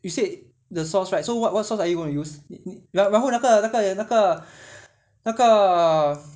you said the sauce right so what what sauce are you going to use 然然后那个那个那个那个